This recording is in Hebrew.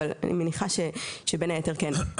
אבל אני מניחה שבין היתר כן.